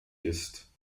ist